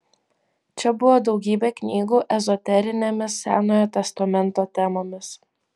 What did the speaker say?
čia buvo daugybė knygų ezoterinėmis senojo testamento temomis